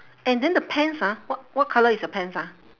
and then the pants ah wha~ what colour is your pants ah